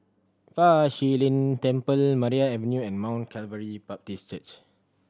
Fa Shi Lin Temple Maria Avenue and Mount Calvary Baptist Church